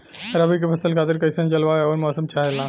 रबी क फसल खातिर कइसन जलवाय अउर मौसम चाहेला?